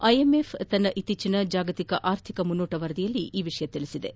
IMF ತನ್ನ ಇತ್ತೀಚಿನ ಜಾಗತಿಕ ಆರ್ಥಿಕ ಮುನ್ನೋಟ ವರದಿಯಲ್ಲಿ ಈ ವಿಷಯ ತಿಳಿಸಿದ್ದು